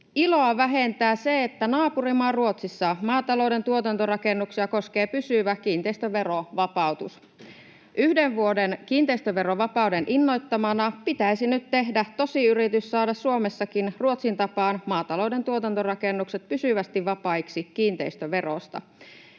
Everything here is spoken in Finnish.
”Iloa vähentää se, että naapurimaa Ruotsissa maatalouden tuotantorakennuksia koskee pysyvä kiinteistöverovapautus. Yhden vuoden kiinteistöverovapauden innoittamana pitäisi nyt tehdä tosi yritys saada Suomessakin Ruotsin tapaan maatalouden tuotantorakennukset pysyvästi vapaiksi kiinteistöverosta.